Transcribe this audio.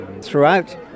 throughout